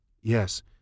Yes